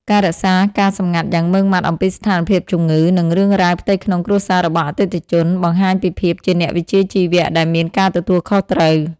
ការរក្សាការសម្ងាត់យ៉ាងម៉ឺងម៉ាត់អំពីស្ថានភាពជំងឺ និងរឿងរ៉ាវផ្ទៃក្នុងគ្រួសាររបស់អតិថិជន បង្ហាញពីភាពជាអ្នកវិជ្ជាជីវៈដែលមានការទទួលខុសត្រូវ។